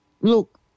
Look